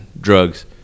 drugs